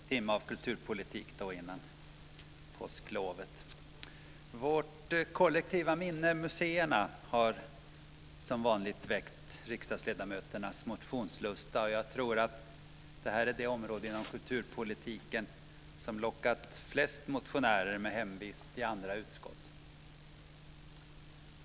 Fru talman! Det är då en sista timma av kulturpolitik före påsklovet. Vårt kollektiva minne, museerna, har som vanligt väckt riksdagsledamöternas motionslusta. Jag tror att detta är det område inom kulturpolitiken som har lockat flest motionärer med hemvist i andra utskott.